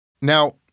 Now